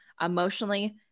emotionally